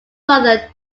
brother